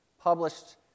published